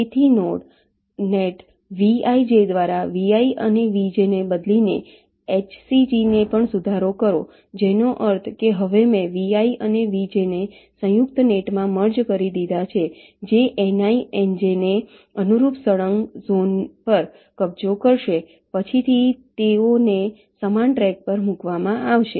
તેથી node net Vij દ્વારા Vi અને Vj ને બદલીને HCG ને પણ સુધારો કરો જેનો અર્થ કે હવે મેં Vi અને Vj ને સંયુક્ત નેટમાં મર્જ કરી દીધા છે જે Ni અને Nj ને અનુરૂપ સળંગ ઝોન પર કબજો કરશે અને પછીથી તેઓને સમાન ટ્રેક પર મૂકવામાં આવશે